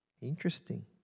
Interesting